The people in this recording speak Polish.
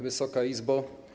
Wysoka Izbo!